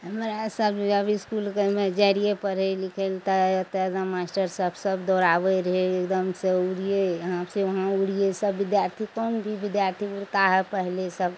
हमरा सब जब इसकुलमे जाइ रहियइ पढ़य लिखय लए तऽ ओतय एकदम मास्टर सब दौड़ाबय रहय एकदमसँ उड़ियइ यहाँसँ वहाँ उड़ियइ सब विद्यार्थी कम भी विद्यार्थी उड़ता है पहले सब